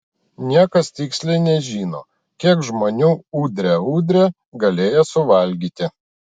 niekas tiksliai nežino kiek žmonių udre udre galėjo suvalgyti